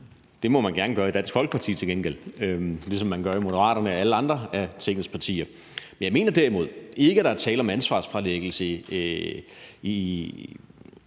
gengæld gerne gøre i Dansk Folkeparti, ligesom man gør i Moderaterne og alle andre af Tingets partier. Men jeg mener derimod ikke, at der er tale om ansvarsfralæggelse, i